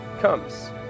comes